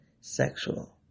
sexual